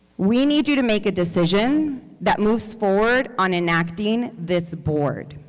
we need you to make a decision that moves forward on enacting this board.